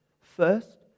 First